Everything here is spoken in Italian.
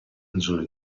angelo